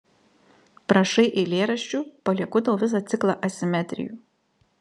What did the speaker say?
prašai eilėraščių palieku tau visą ciklą asimetrijų